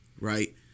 right